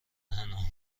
انعام